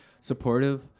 supportive